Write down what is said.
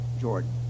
Jordan